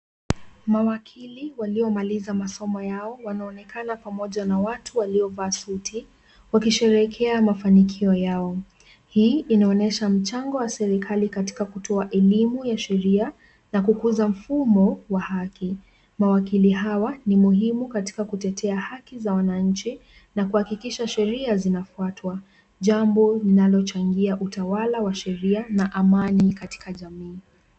Mawakili waliomaliza masomo yao wanaonekana pamoja na watu waliovaa suti wakisherehekea mafanikio yao. Hii inaonyesha mchango wa serikali katika kutoa elimu ya sheria na kukuza mfumo wa haki. Mawakili hawa ni muhimu katika kutetea haki za wananchi na kuhakikisha sheria zinafuatwa, jambo linalochangia utawala wa sheria na amani katika jamii.